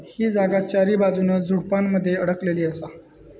ही जागा चारीबाजून झुडपानमध्ये अडकलेली असा